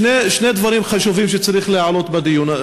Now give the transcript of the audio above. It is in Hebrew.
שני דברים חשובים שצריך להעלות בדיון,